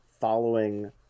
following